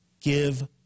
give